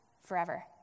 forever